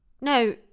No